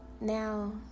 Now